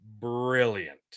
brilliant